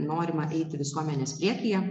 norima eiti visuomenės priekyje